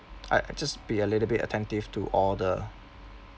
uh uh just be a little bit attentive to all the